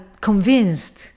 convinced